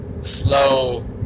slow